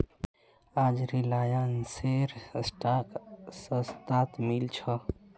आज रिलायंसेर स्टॉक सस्तात मिल छ